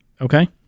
Okay